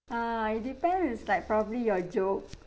err it depends like probably your joke